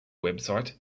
website